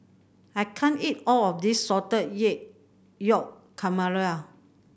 I can't eat all of this Salted Egg Yolk Calamari